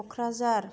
Kokrajhar